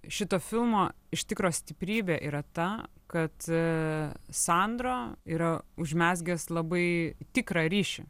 šito filmo iš tikro stiprybė yra ta kad sandro yra užmezgęs labai tikrą ryšį